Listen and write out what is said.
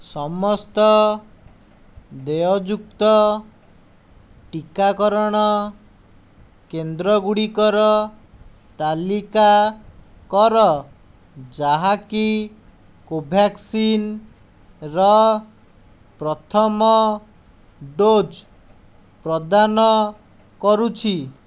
ସମସ୍ତ ଦେୟଯୁକ୍ତ ଟିକାକରଣ କେନ୍ଦ୍ର ଗୁଡ଼ିକର ତାଲିକା କର ଯାହାକି କୋଭ୍ୟାକ୍ସିନ୍ର ପ୍ରଥମ ଡୋଜ୍ ପ୍ରଦାନ କରୁଛି